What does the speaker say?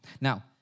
Now